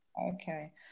Okay